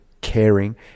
caring